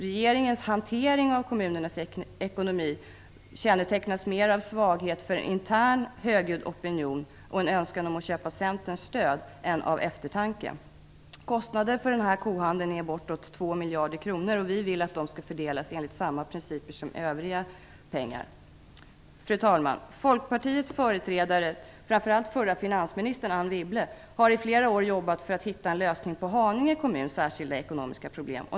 Regeringens hantering av kommunernas ekonomi kännetecknas mera av svaghet för intern högljudd opinion och en önskan om att köpa Centerns stöd än av eftertanke. Kostnaderna för denna kohandel uppgår till bortåt 2 miljarder kronor. Vi vill att de pengarna skall fördelas enligt samma principer som för övriga pengar. Fru talman! Folkpartiets företrädare, framför allt den förra finansministern Anne Wibble, har i flera år jobbat för att hitta en lösning på Haninge kommuns särskilda ekonomiska problem.